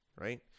right